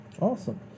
Awesome